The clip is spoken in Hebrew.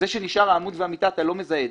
זה שנשארו העמוד והמיטה אתה לא תזהה.